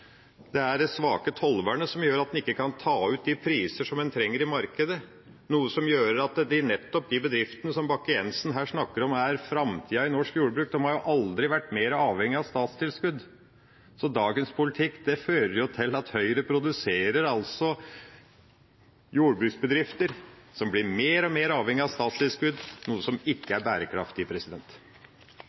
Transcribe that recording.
en ikke kan ta ut de prisene som en trenger i markedet, noe som gjør at nettopp de bedriftene som Bakke-Jensen her snakker om er framtida i norsk jordbruk, aldri har vært mer avhengige av statstilskudd. Så dagens politikk fører til at Høyre produserer jordbruksbedrifter som blir mer og mer avhengige av statstilskudd, noe som ikke er bærekraftig.